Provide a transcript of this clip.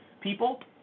people